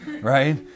right